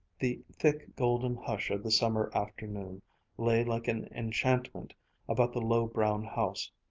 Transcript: the thick golden hush of the summer afternoon lay like an enchantment about the low brown house.